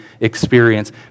experience